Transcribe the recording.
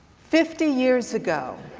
fifty years ago,